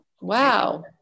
wow